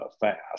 fast